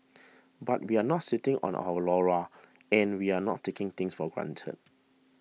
but we're not sitting on our laurels and we're not taking things for granted